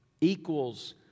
equals